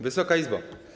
Wysoka Izbo!